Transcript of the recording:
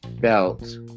belt